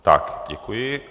Tak děkuji.